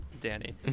Danny